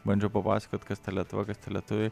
bandžiau papasakot kas ta lietuva kas lietuviai